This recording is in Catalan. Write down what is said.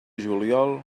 juliol